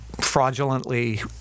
fraudulently